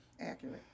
Accurate